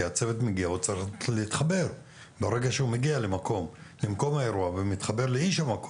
כאשר הצוות מגיע למקום האירוע הוא צריך להתחבר